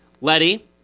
Letty